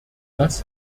das